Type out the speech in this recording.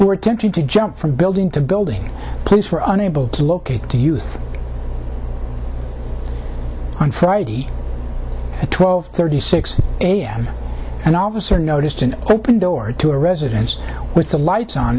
who were attempting to jump from building to building police were unable to locate to youth on friday at twelve thirty six am and all of us are noticed an open door to a residence with the lights on